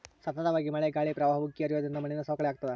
ಸತತವಾಗಿ ಮಳೆ ಗಾಳಿ ಪ್ರವಾಹ ಉಕ್ಕಿ ಹರಿಯೋದ್ರಿಂದ ಮಣ್ಣಿನ ಸವಕಳಿ ಆಗ್ತಾದ